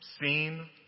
seen